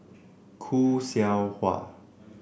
Khoo Seow Hwa